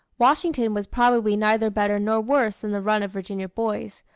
washington was probably neither better nor worse than the run of virginia boys,